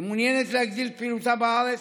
היא מעוניינת להגדיל את פעילותה בארץ,